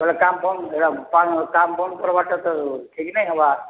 କହିଲେ କାମ ବନ୍ଦ ଏ କାମ ବନ୍ଦ କରବାର୍ଟା ତ ଠିକ୍ ନାଇଁ ହେବା